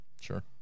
Sure